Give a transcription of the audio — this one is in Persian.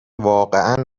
واقعا